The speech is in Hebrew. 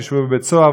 תשבו בבית-סוהר,